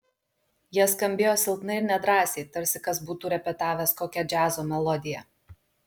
jie skambėjo silpnai ir nedrąsiai tarsi kas būtų repetavęs kokią džiazo melodiją